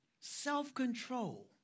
Self-control